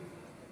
כן.